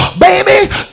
Baby